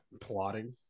Plotting